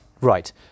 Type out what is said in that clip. Right